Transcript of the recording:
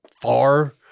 far